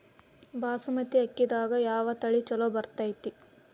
ಬಾಸುಮತಿ ಅಕ್ಕಿದಾಗ ಯಾವ ತಳಿ ಛಲೋ ಬೆಳಿತೈತಿ?